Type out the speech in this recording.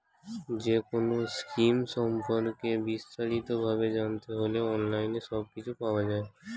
যেকোনো স্কিম সম্পর্কে বিস্তারিত ভাবে জানতে হলে অনলাইনে সবকিছু পাওয়া যায়